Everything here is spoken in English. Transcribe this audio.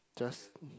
just